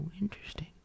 interesting